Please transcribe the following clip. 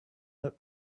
that